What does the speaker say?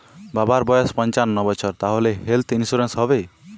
বাবার বয়স পঞ্চান্ন বছর তাহলে হেল্থ ইন্সুরেন্স হবে?